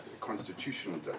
constitutional